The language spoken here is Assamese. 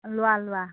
লোৱা লোৱা